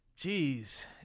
Jeez